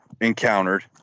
encountered